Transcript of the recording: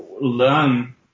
learn